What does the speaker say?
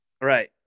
Right